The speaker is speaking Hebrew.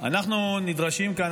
אנחנו נדרשים כאן,